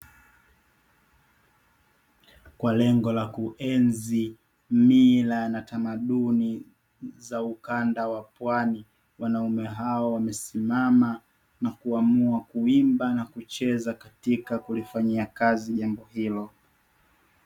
Kwa lengo la kuenzi mila na tamaduni za ukanda wa pwani, wanaume hao wamesimama na kuamua kuimba na kucheza katika kulifanyia kazi jambo hilo.